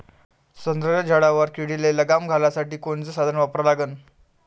संत्र्याच्या झाडावर किडीले लगाम घालासाठी कोनचे साधनं वापरा लागन?